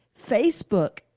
facebook